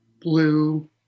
blue